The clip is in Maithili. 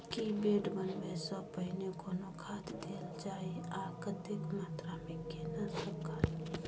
की बेड बनबै सॅ पहिने कोनो खाद देल जाय आ कतेक मात्रा मे केना सब खाद?